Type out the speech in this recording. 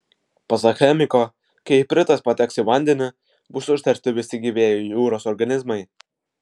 pasak chemiko kai ipritas pateks į vandenį bus užteršti visi gyvieji jūros organizmai